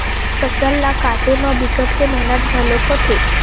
फसल ल काटे म बिकट के मेहनत घलोक होथे